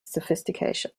sophistication